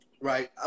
right